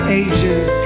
ages